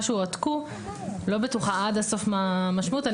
שהועתקו ואני לא בטוחה עד הסוף מה המשמעות.